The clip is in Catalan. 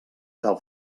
cal